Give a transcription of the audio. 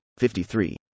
53